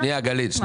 אולי אני חיה